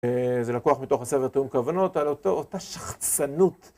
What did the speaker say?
זה לקוח מתוך הסרט "תיאום כוונות" על אותו, אותה שחצנות.